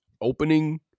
opening